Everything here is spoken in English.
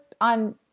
on